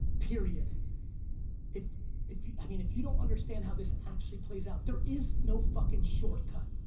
period if if i mean if you don't understand how this actually plays out there is no fucking shortcut.